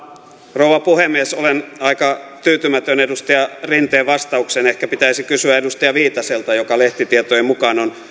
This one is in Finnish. rouva puhemies olen aika tyytymätön edustaja rinteen vastaukseen ehkä pitäisi kysyä edustaja viitaselta joka lehtitietojen mukaan on